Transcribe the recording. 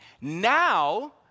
Now